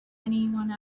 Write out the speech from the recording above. anyone